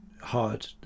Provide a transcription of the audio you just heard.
hard